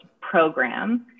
program